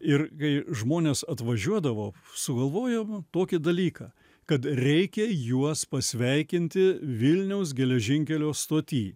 ir kai žmonės atvažiuodavo sugalvojom tokį dalyką kad reikia juos pasveikinti vilniaus geležinkelio stoty